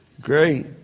Great